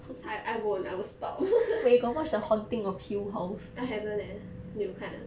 I won't I'll stop I haven't eh 你有看 ah